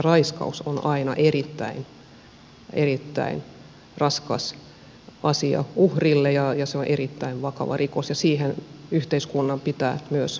raiskaus on aina erittäin erittäin raskas asia uhrille ja se on erittäin vakava rikos ja siihen yhteiskunnan pitää myös puuttua